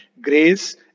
grace